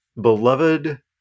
beloved